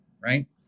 right